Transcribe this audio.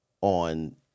on